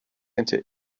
into